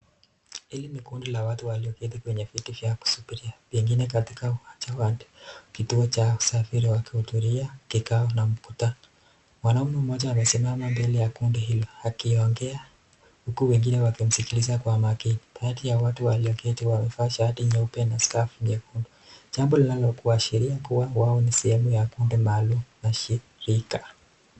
Hili ni kundi ya watu walioketi kwenye viti vya kusubiria, pengine katika uwanja wa ndege, kituo cha usafiri wakihudhuria kikao na mkutano. Mwanaume moja amesimama mbele ya kundi hilo akiongea huku wengine wakimsikiliza kwa makini. Kati ya watu wameketi wamevaa shati nyeusi na sakafu nyekundu, jambo linaloashiria kuwa wao ni sehemu ya kundi maalum na shirika.